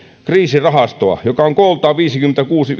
kriisirahastoa jotka ovat kooltaan viisikymmentäviisi